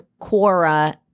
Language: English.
Quora